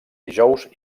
dijous